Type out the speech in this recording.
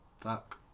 Fuck